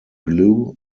glue